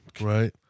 right